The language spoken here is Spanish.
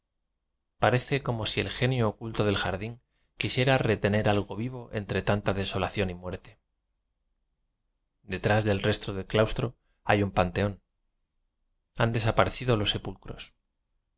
parece como si el genio oculto del jardín quisiera retener algo vivo entre tanta desolación y muerte detrás del resto de claustro hay un panteón han desaparecido los sepul